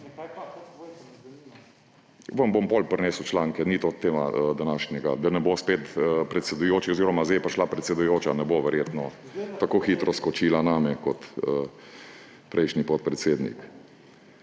Vam bom potem prinesel članke, ni to današnja tema, da ne bo spet predsedujoči oziroma zdaj je prišla predsedujoča, verjetno ne bo tako hitro skočila name kot prejšnji podpredsednik.